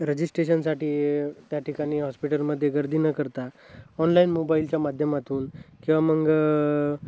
रजिस्ट्रेशनसाठी त्या ठिकाणी हॉस्पिटलमध्ये गर्दी न करता ऑनलाईन मोबाईलच्या माध्यमातून किंवा मग